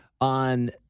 on